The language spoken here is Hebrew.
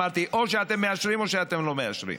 אמרתי: או שאתם מאשרים או שאתם לא מאשרים.